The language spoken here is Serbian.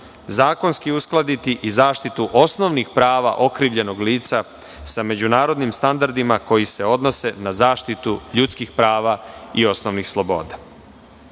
zakonski uskladiti i zaštitu osnovnih prava okrivljenog lica sa međunarodnim standardima koji se odnose na zaštitu ljudskih prava i osnovnih sloboda.U